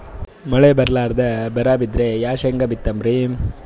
ಮಳಿ ಬರ್ಲಾದೆ ಬರಾ ಬಿದ್ರ ಯಾ ಶೇಂಗಾ ಬಿತ್ತಮ್ರೀ?